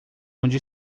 onde